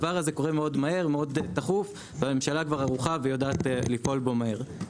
הדבר זה קורה מאוד מהר והממשלה ערוכה ויודעת לפעול מהר.